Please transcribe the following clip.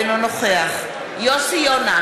אינו נוכח יוסי יונה,